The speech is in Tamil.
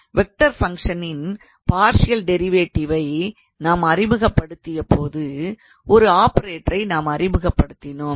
வெக்டார் ஃபங்க்ஷனின் பார்ஷியல் டிரைவேட்டிவ் நாம் அறிமுகப்படுத்தியபோது ஒரு ஆபேரெட்டரை நாம் அறிமுகப்படுத்தினோம்